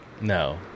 No